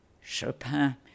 Chopin